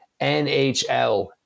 NHL